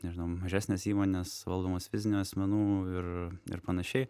nežinau mažesnės įmonės valdomos fizinių asmenų ir ir panašiai